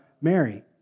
Mary